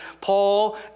Paul